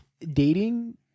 dating